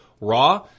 Raw